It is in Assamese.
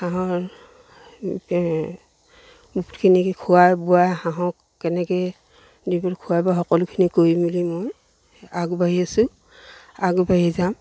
হাঁহৰ বহুতখিনি খোৱাই বোৱাই হাঁহক কেনেকৈ দিবলৈ খোৱাই বা সকলোখিনি কৰি মেলি মই আগবাঢ়ি আছো আগবাঢ়ি যাম